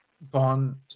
Bond